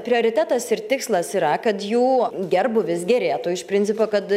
prioritetas ir tikslas yra kad jų gerbūvis gerėtų iš principo kad